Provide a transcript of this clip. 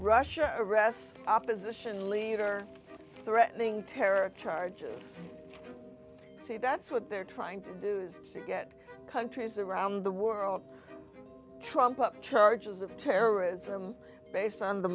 russia arrests opposition leader threatening terror charges see that's what they're trying to do is to get countries around the world trumped up charges of terrorism based on the